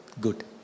good